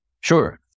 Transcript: Sure